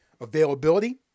availability